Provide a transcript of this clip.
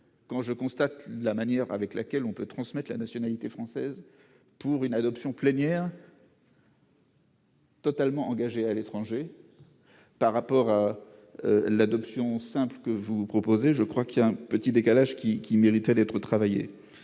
Quand je constate la manière avec laquelle on peut transmettre la nationalité française pour une adoption plénière. Totalement à l'étranger par rapport à l'adoption simple. Que vous proposez, je crois qu'il y a un petit décalage qui qui méritaient d'être travaillées,